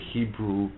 Hebrew